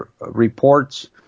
reports